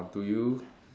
do you